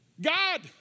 God